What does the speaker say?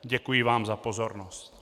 Děkuji vám za pozornost.